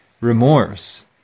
remorse